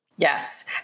Yes